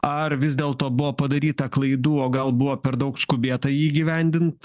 ar vis dėlto buvo padaryta klaidų o gal buvo per daug skubėta jį įgyvendint